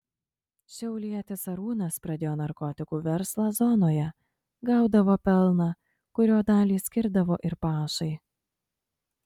šiaulietis arūnas pradėjo narkotikų verslą zonoje gaudavo pelną kurio dalį skirdavo ir pašai